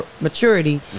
maturity